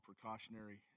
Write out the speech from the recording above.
precautionary